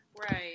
Right